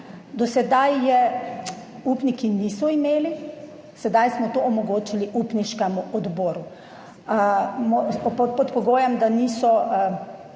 Do sedaj je upniki niso imeli, sedaj smo to omogočili upniškemu odboru pod pogojem, da niso